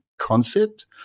concept